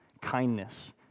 kindness